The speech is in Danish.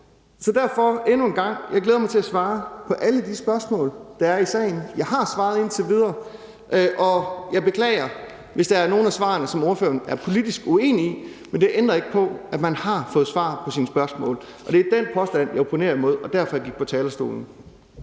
Så derfor vil jeg endnu en gang sige: Jeg glæder mig til at svare på alle de spørgsmål, der er i sagen; jeg har svaret indtil videre; og jeg beklager det, hvis der er nogle af svarene, som ordføreren er politisk uenig i, men det ændrer ikke på, at man har fået svar på sine spørgsmål. Det er den påstand, jeg opponerer imod, og det er derfor, jeg gik på talerstolen.